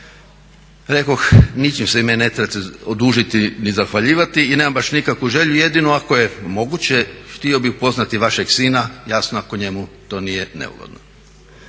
Rekoh, ničim se vi meni ne morate odužiti ni zahvaljivati i nemam baš nikakvu želju jedino ako je moguće htio bih upoznati vašeg sina, jasno ako to njemu nije neugodno.